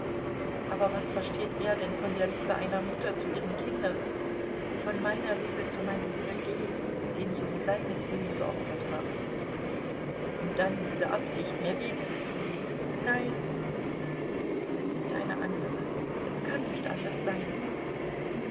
aber was versteht er denn von der liebe einer mutter zu ihren kindern von meiner liebe zu meinem sergei den ich um seinetwillen geopfert habe und dann diese absicht mir weh zu tun nein er liebt eine andere es kann nicht anders sein